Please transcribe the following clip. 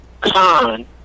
Con